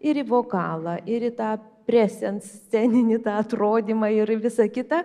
ir į vokalą ir į tą presens sceninį atrodymą ir visa kita